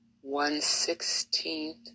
one-sixteenth